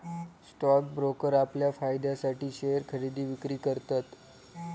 stock broker आपल्या फायद्यासाठी share खरेदी विक्री करतत